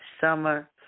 summer